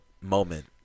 moment